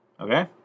Okay